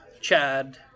Chad